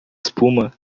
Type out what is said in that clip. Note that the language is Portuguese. espuma